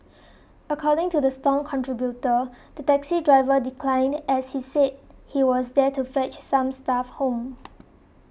according to the Stomp contributor the taxi driver declined as he said he was there to fetch some staff home